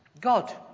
God